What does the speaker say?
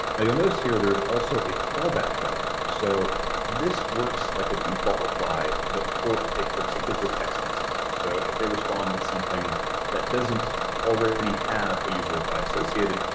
now, you'll notice here there's also a fallback value. so this works like a default reply, but for a particular text message. so if they respond with something that doesn't already have a user reply associated,